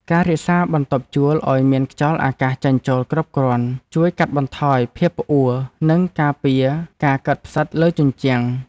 ការរក្សាបន្ទប់ជួលឱ្យមានខ្យល់អាកាសចេញចូលគ្រប់គ្រាន់ជួយកាត់បន្ថយភាពផ្អួរនិងការពារការកើតផ្សិតលើជញ្ជាំង។